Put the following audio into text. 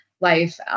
life